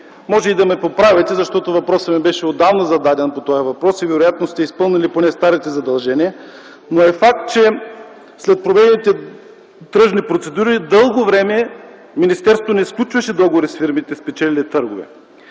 Може да ме поправите, защото въпросът ми по тази тема беше отдавна зададен и вероятно сте изпълнили поне старите задължения. Факт е, че след проведените тръжни процедури дълго време министерството не сключваше договори с фирмите, спечелили търговете.